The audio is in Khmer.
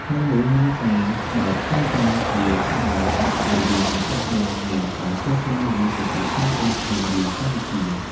ក្នុងនោះមានការ បើកចរចាជាច្រើនរវាងអ្នកដឹកនាំ និងការចរចារវាងប្រទេសផ្សេងៗក្នុងរឿងកម្ពុជា។